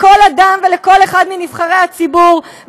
לכל אדם ולכל אחד מנבחרי הציבור,